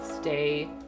stay